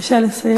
בבקשה לסיים.